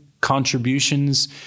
contributions